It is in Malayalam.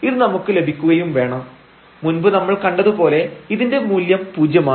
ഇത് നമുക്ക് ലഭിക്കുകയും വേണം മുൻപ് നമ്മൾ കണ്ടത് പോലെ ഇതിന്റെ മൂല്യം പൂജ്യമാണ്